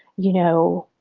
you know,